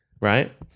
Right